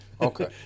Okay